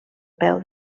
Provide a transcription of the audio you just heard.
peu